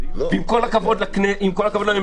עם כל הכבוד לממשלה,